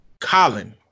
Colin